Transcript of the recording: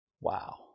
Wow